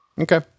Okay